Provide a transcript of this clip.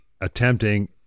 attempting